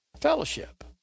fellowship